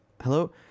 Hello